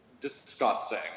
disgusting